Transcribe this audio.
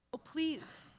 oh please.